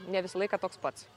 ne visą laiką toks pats